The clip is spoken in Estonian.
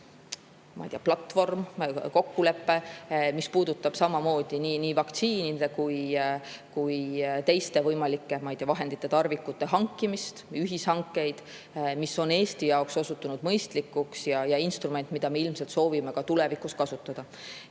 valmistumise platvorm, kokkulepe, mis puudutab nii vaktsiinide kui ka teiste võimalike vahendite ja tarvikute hankimist, ühishankeid. See on Eesti jaoks osutunud mõistlikuks instrumendiks, mida me ilmselt soovime ka tulevikus kasutada.